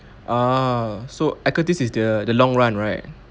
orh so equities is the the long run right